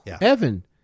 Evan